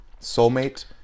Soulmate